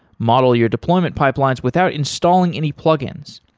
model your deployment pipelines without installing any plugins,